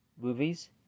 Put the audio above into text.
movies